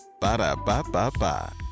Ba-da-ba-ba-ba